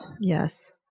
Yes